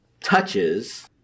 touches